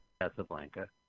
casablanca